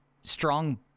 strong